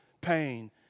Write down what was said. pain